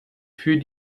für